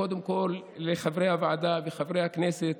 קודם כול לחברי הוועדה ולחברי הכנסת